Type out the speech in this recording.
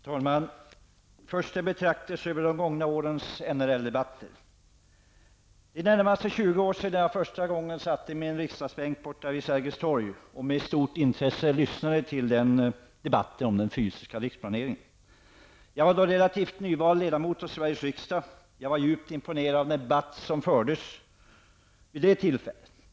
Herr talman! Först en betraktelse över de gångna årens NRL-debatter. Det är i det närmaste 20 år sedan jag första gången satt i min riksdagsbänk borta vid Sergels torg och med stort intresse lyssnade på debatten om den fysiska riksplaneringen. Jag var då relativt nyvald ledamot av Sveriges riksdag. Jag var djupt imponerad av den debatt som fördes vid det tillfället.